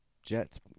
Jets